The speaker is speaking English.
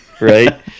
Right